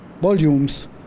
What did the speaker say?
volumes